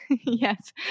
Yes